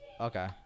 Okay